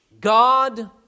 God